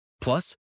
Plus